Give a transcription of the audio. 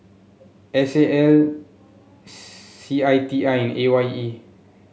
S A L C I T I and A Y E